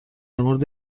مورد